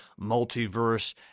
multiverse